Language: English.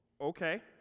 Okay